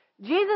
Jesus